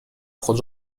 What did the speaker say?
خود